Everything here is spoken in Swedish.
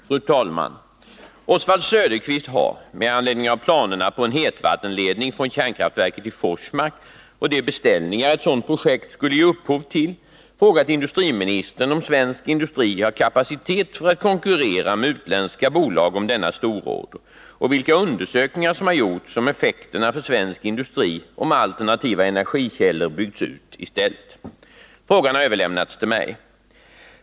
Fru talman! Oswald Söderqvist har, med anledning av planerna på en hetvattenledning från kärnkraftverket i Forsmark och de beställningar ett sådant projekt skulle ge upphov till, frågat industriministern om svensk industri har kapacitet för att konkurrera med utländska bolag om denna stororder och vilka undersökningar som har gjorts om effekterna för svensk industri om alternativa energikällor byggts ut i stället. Frågan har överlämnats till mig.